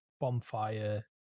bonfire